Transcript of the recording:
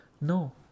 No